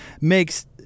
makes –